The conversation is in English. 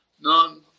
none